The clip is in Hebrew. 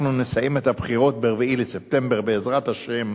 אנחנו נסיים את הבחירות ב-4 בספטמבר בעזרת השם